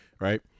Right